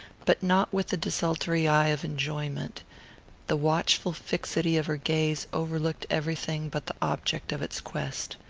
but not with the desultory eye of enjoyment the watchful fixity of her gaze overlooked everything but the object of its quest.